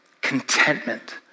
contentment